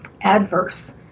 adverse